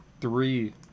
three